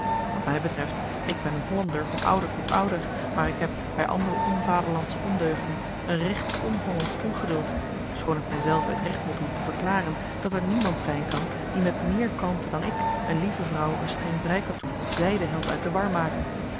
wat mij betreft ik ben een hollander van ouder tot ouder maar ik heb bij andere onvaderlandsche ondeugden een recht onhollandsch ongeduld schoon ik mijzelven het recht moet doen te verklaren dat er niemand zijn kan die met meer kalmte dan ik een lieve vrouw een streng breikatoen of zijde helpt uit de